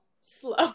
slow